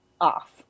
off